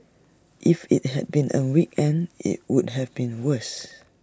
if IT had been A weekend IT would have been worse